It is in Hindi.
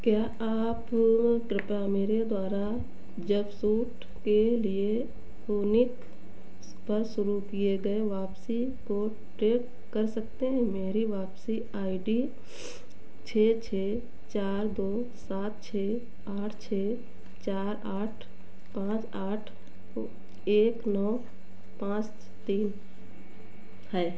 क्या आप कृपा मेरे द्वारा जबसूट के लिए शोनिक स्पर्स किए गए वापसी को ट्रैक कर सकते हैं मेरी वापसी आई डी छः छः चार दो सात छः आठ छः चार आठ पाँच आठ एक नौ पाँच तीन है